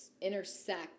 intersect